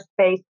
space